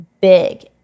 big